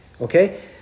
Okay